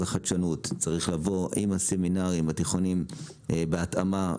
החדשנות צריך לבוא עם הסמינרים התיכוניים בהתאמה.